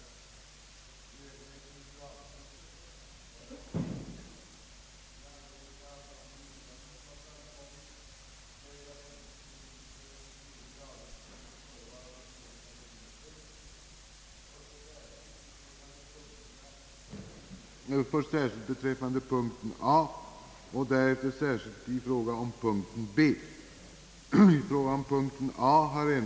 såge utredning av möjligheten att avsätta en ny nationalpark i den lappländska fjällvärlden.